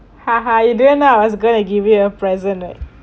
you don't know now I was going to give you a present like